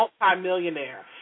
Multi-millionaire